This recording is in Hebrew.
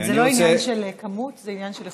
זה לא עניין של כמות, זה עניין של איכות.